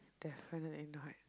definitely not